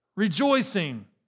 Rejoicing